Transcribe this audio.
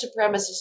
supremacists